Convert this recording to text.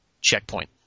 checkpoint